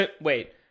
Wait